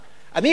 אני לא יכול,